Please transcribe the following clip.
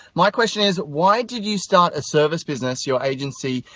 my question is why did you start a service business, your agency,